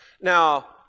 Now